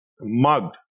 mugged